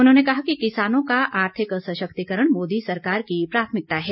उन्होंने कहा कि किसानों का आर्थिक सशक्तिकरण मोदी सरकार की प्राथमिकता है